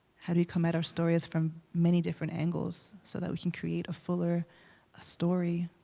how do we come at our stories from many different angles, so that we can create a fuller story.